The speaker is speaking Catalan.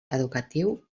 educatiu